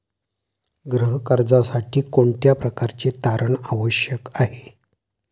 गृह कर्जासाठी कोणत्या प्रकारचे तारण आवश्यक आहे?